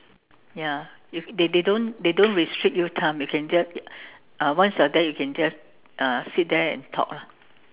ya they they don't they don't restrict you time you can just uh once you are there you can just uh sit there and talk lah